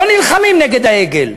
לא נלחמים נגד העגל.